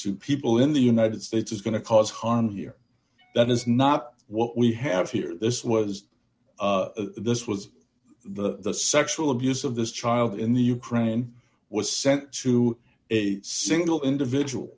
to people in the united states is going to cause harm here that is not what we have here this was this was the sexual abuse of this child in the ukraine was sent to a single individual